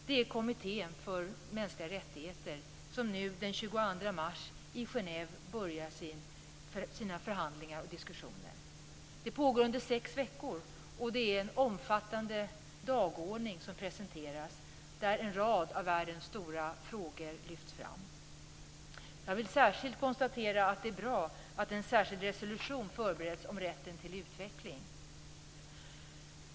Det är kommittén för mänskliga rättigheter som nu den 22 mars i Genève börjar sina förhandlingar och diskussioner. Det pågår under sex veckor, och det är en omfattande dagordning som presenteras där en rad av världens stora frågor lyfts fram. Jag vill särskilt konstatera att det är bra att en särskild resolution förbereds om rätten till utveckling.